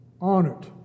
honored